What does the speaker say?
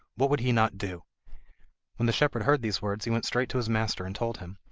what would he not do when the shepherd heard these words he went straight to his master and told him,